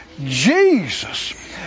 Jesus